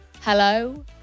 Hello